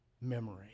memory